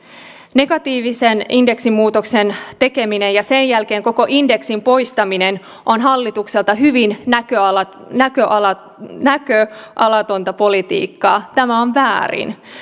negatiivisen indeksimuutoksen tekeminen ja sen jälkeen koko indeksin poistaminen on hallitukselta hyvin näköalatonta näköalatonta politiikkaa tämä on väärin